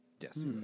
Yes